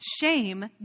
Shame